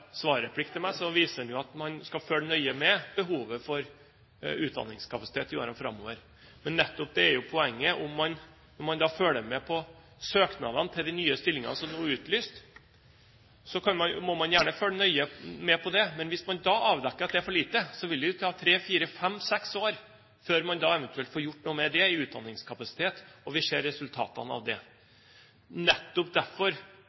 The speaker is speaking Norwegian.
meg viser han til at man skal følge nøye med behovet for utdanningskapasitet i årene framover. Nettopp det er poenget. Man må gjerne følge nøye med på søknadene til de nye stillingene som nå er utlyst, men hvis man da avdekker at det er for få, vil det ta tre–seks år fra man eventuelt får gjort noe med utdanningskapasiteten til vi ser resultatene av det. Nettopp derfor synes jeg at statsrådens svar veldig tydelig illustrerer behovet for en helhetlig plan for opptrapping av barnevernet. Man må se behovet i kommunene og